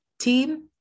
team